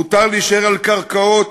מותר להישאר על קרקעות